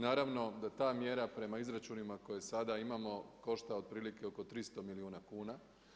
Naravno da ta mjera prema izračunima koje sada imamo košta otprilike oko 300 milijuna kuna.